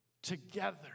Together